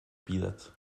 bilet